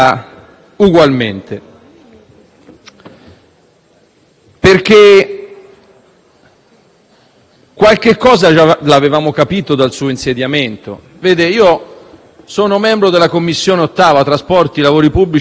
Qualche cosa l'avevamo capita già dal suo insediamento. Io sono membro della Commissione trasporti, lavori pubblici e comunicazione del Senato